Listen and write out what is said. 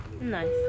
nice